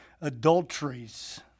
adulteries